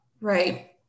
right